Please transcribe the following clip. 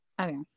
Okay